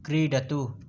क्रीडतु